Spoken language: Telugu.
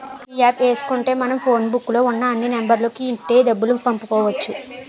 ఈ యాప్ ఏసుకుంటే మనం ఫోన్ బుక్కు లో ఉన్న అన్ని నెంబర్లకు ఇట్టే డబ్బులు పంపుకోవచ్చు